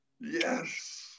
Yes